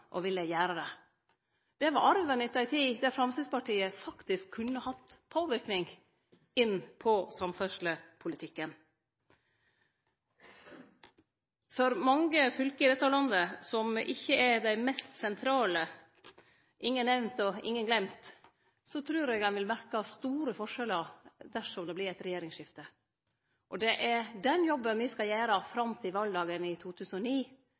og ville gjere det. Det var arven etter ei tid der Framstegspartiet faktisk kunne hatt påverknad på samferdslepolitikken. For mange fylke i dette landet som ikkje er av dei mest sentrale, ingen nemnde og ingen gløymde, trur eg ein vil merke store forskjellar dersom det vert regjeringsskifte. Det er den jobben me skal gjere fram til valdagen i